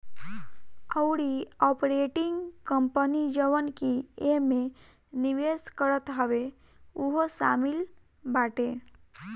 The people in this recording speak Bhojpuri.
अउरी आपरेटिंग कंपनी जवन की एमे निवेश करत हवे उहो शामिल बाटे